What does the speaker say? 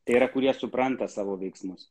tai yra kurie supranta savo veiksmus